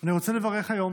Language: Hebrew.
אני רוצה לברך היום